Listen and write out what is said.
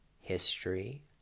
history